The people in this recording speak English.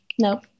No